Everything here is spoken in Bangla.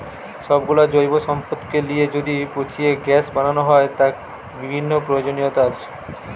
সব গুলো জৈব সম্পদকে লিয়ে যদি পচিয়ে গ্যাস বানানো হয়, তার বিভিন্ন প্রয়োজনীয়তা আছে